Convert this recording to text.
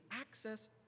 access